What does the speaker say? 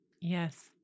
Yes